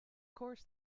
course